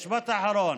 משפט אחרון: